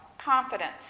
Confidence